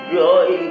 joy